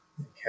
Okay